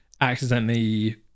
accidentally